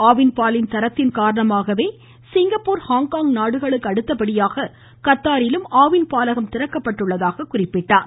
ஆவின் பாலின் தரத்தின் காரணமாகவே சிங்கப்பூர் ஹாங்காங் நாடுகளுக்கு அடுத்தபடியாக கத்தாரிலும் ஆவின் பாலகம் திறக்கப்பட்டுள்ளதாக கூறினார்